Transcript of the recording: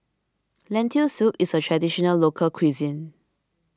Lentil Soup is a Traditional Local Cuisine